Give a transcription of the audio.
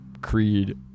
Creed